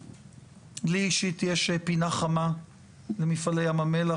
לי אישית יש פינה חמה למפעלי ים המלח.